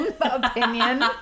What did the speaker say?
opinion